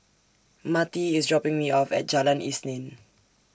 Matie IS dropping Me off At Jalan Isnin